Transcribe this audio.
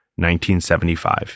1975